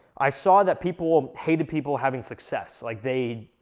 i saw that people hated people having success like, they